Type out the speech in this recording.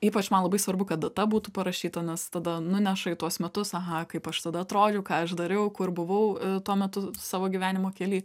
ypač man labai svarbu kad data būtų parašyta nes tada nuneša į tuos metus aha kaip aš tada atrodžiau ką aš dariau kur buvau tuo metu savo gyvenimo kely